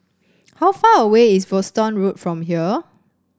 how far away is Folkestone Road from here